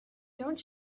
don’t